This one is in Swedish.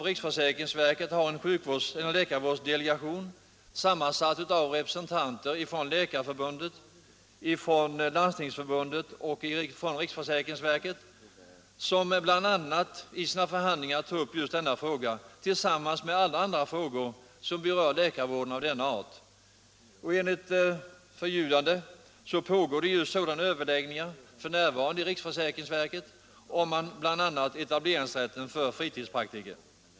Riksförsäkringsverket har en läkarvårdsdelegation, sammansatt av representanter för Läkarförbundet, Landstingsförbundet och riksförsäkringsverket, som i sina förhandlingar tar upp just denna fråga tillsammans med alla andra frågor som berör läkarvård av denna art. Enligt förljudande pågår f.n. i riksförsäkringsverket överläggningar om bl.a. etableringsrätten för fritidspraktiker.